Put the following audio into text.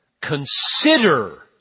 consider